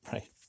Right